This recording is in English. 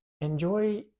enjoy